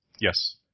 Yes